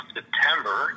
September